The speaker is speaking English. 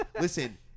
listen